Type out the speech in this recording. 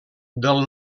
del